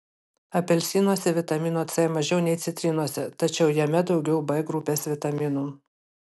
apelsinuose vitamino c mažiau nei citrinose tačiau jame daugiau b grupės vitaminų